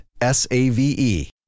S-A-V-E